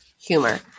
Humor